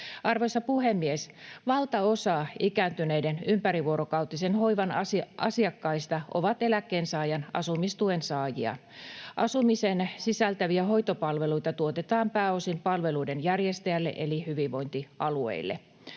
Arvoisa puhemies! Valtaosa ikääntyneiden ympärivuorokautisen hoivan asiakkaista on eläkkeensaajan asumistuen saajia. Asumisen sisältäviä hoitopalveluita tuotetaan pääosin palveluiden järjestäjille eli hyvinvointialueille.